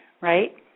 right